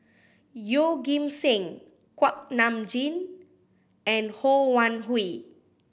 Yeoh Ghim Seng Kuak Nam Jin and Ho Wan Hui